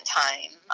time